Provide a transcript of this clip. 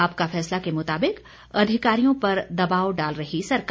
आपका फैसला के मुताबिक अधिकारियों पर दबाव डाल रही सरकार